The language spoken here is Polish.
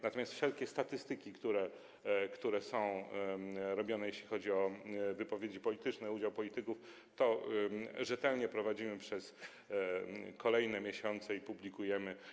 Natomiast co do wszelkich statystyk, które są tworzone, jeśli chodzi o wypowiedzi polityczne, udział polityków, to rzetelnie je prowadzimy przez kolejne miesiące i publikujemy.